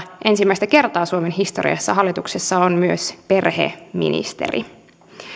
ensimmäistä kertaa suomen historiassa hallituksessa on myös perheministeri